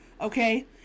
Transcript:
okay